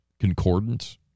concordance